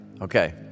Okay